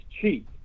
cheap